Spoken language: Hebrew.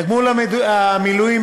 תגמול המילואים,